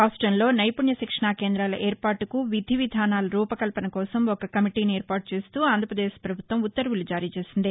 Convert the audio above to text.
రాష్టంలో నైపుణ్య శిక్షణా కేందాల ఏర్పాటుకు విధి విధానాల రూపకల్పన కోసం ఒక కమిటీని ఏర్పాటు చేస్తూ ఆంధ్రపదేశ్ పభుత్వం ఉత్తర్వులు జారీచేసింది